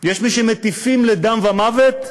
יש מי שמטיפים לדם ומוות,